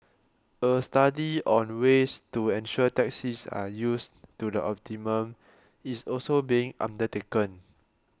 a study on ways to ensure taxis are used to the optimum is also being undertaken